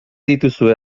dituzue